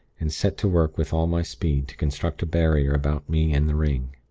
and set to work with all my speed to construct a barrier about me and the ring.